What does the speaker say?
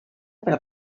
pel